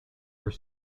were